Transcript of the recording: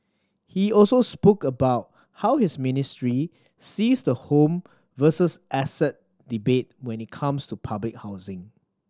he also spoke about how his ministry sees the home versus asset debate when it comes to public housing